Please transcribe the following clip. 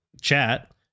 chat